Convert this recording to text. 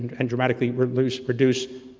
and dramatically produce produce